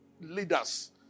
leaders